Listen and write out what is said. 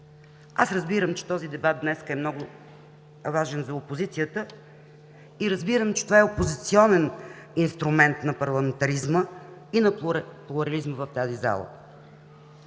Аз разбирам, че този дебат днес е много важен за опозицията и че това е опозиционен инструмент на парламентаризма и плурализма в тази зала.